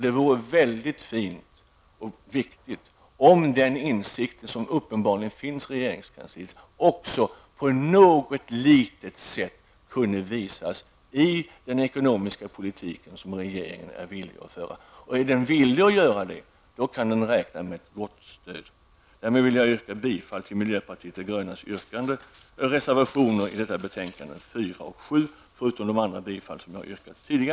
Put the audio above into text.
Det vore fint om den insikt som uppenbarligen finns i regeringskansliet också på något litet sätt kunde visas i den ekonomiska politik som regeringen är villig att föra. Är den villig att göra det, kan den räkna med vårt stöd. Därmed vill jag, vid sidan av mina tidigare bifallsyrkanden, yrka bifall till miljöpartiet de grönas reservationer 4 och 7 i detta betänkande.